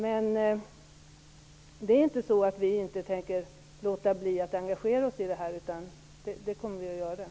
Men vi tänker inte låta bli att engagera oss i frågan.